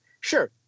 Sure